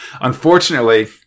Unfortunately